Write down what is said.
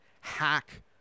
hack